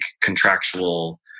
contractual